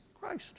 Christ